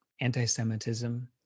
Anti-Semitism